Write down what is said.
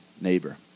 neighbor